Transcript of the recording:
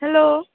hello